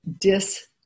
dis